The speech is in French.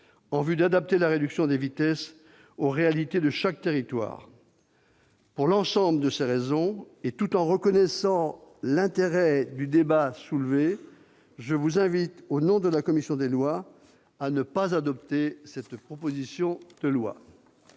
en vue d'adapter la réduction des vitesses aux réalités de chaque territoire. Pour l'ensemble de ces raisons et tout en reconnaissant l'intérêt du débat soulevé, je vous invite, au nom de la commission des lois, à ne pas adopter cette proposition de loi.